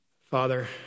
Father